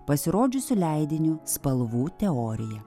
pasirodžiusiu leidiniu spalvų teorija